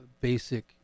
basic